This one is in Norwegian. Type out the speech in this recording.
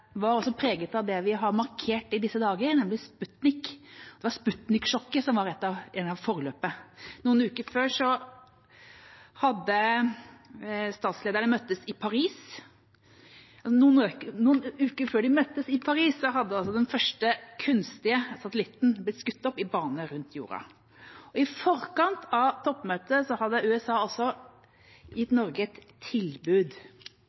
var også preget av det vi har markert i disse dager, nemlig Sputnik – det var Sputnik-sjokket som var noe av forløpet. Noen uker før statslederne møttes i Paris, hadde altså den første kunstige satellitten blitt skutt opp i bane rundt jorda. I forkant av toppmøtet hadde USA gitt Norge et tilbud,